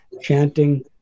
chanting